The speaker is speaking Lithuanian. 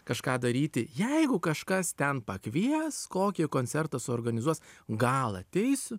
kažką daryti jeigu kažkas ten pakvies kokį koncertą suorganizuos gal ateisiu